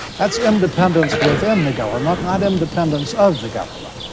that's independence within the government, not independence of the government.